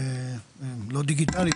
לא דיגיטלית,